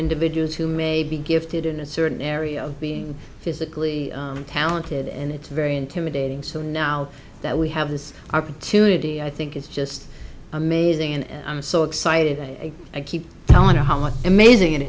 individuals who may be gifted in a certain area of being physically talented and it's very intimidating so now that we have this opportunity i think it's just amazing and i'm so excited i keep telling her how much amazing it